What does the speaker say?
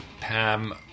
Pam